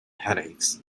headaches